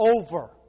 over